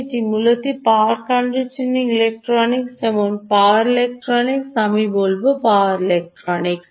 এটি মূলত power conditioning electronics যেমন পাওয়ার ইলেক্ট্রনিক্স আমি বলব পাওয়ার ইলেকট্রনিক্স